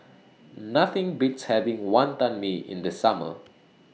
Nothing Beats having Wonton Mee in The Summer